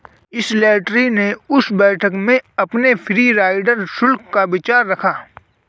Slattery ने उस बैठक में अपने फ्री राइडर शुल्क का विचार रखा